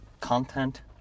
content